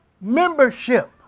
membership